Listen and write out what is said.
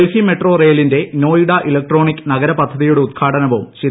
Delhi metro റെയിലിന്റെ Noida electronic നഗര പദ്ധതിയുടെ ഉദ്ഘാടനവും ശ്രീ